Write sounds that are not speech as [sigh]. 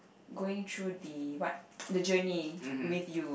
going through the what [noise] the journey with you